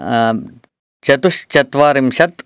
चतुश्चत्वारिंशत्